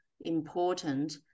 important